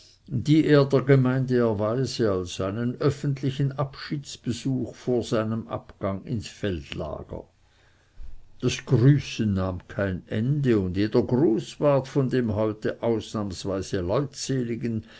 die er der gemeinde erweise als einen öffentlichen abschiedsbesuch vor seinem abgange ins feldlager das grüßen nahm kein ende und jeder gruß ward von dem heute ausnahmsweise leutseligen